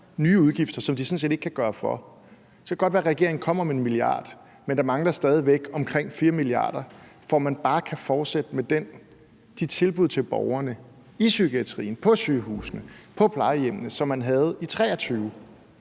nye udgifter, som de sådan set ikke kan gøre for, så kan det godt være, at regeringen kommer med 1 mia. kr., men der mangler stadig væk omkring 4 mia. kr., for at man bare kan fortsætte med de tilbud til borgerne i psykiatrien, på sygehusene og på plejehjemmene, som man havde i 2023.